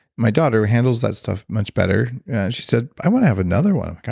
my daughter handles that stuff much better she said, i want to have another one.